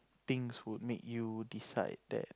things would make you decide that